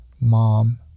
mom